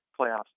playoffs